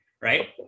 right